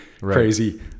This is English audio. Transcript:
crazy